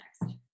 next